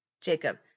Jacob